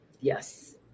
Yes